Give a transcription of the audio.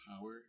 power